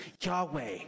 Yahweh